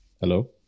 Hello